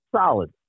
solid